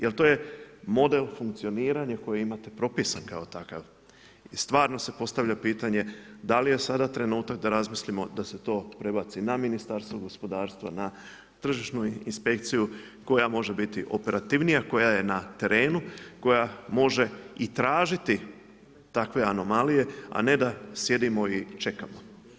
Jer to je model funkcioniranja koji imate propisan kao takav i stvarno se postavlja pitanje, da li je sada trenutak da razmislimo da se to prebaci na Ministarstvo gospodarstva, na tržišnu inspekciju koja može biti operativnija, koja je na terenu, koja može i tražiti takve anomalije, a ne da sjedimo i čekamo.